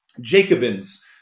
Jacobins